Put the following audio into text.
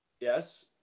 yes